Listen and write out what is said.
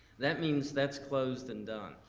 that means that's closed and done.